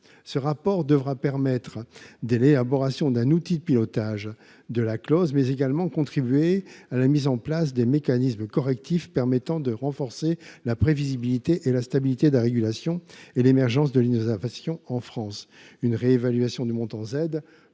Ce rapport devra permettre l’élaboration d’un outil de pilotage de la clause, mais également contribuer à la mise en place de mécanismes correctifs permettant de renforcer la prévisibilité et la stabilité de la régulation, ainsi que d’encourager l’émergence de l’innovation en France.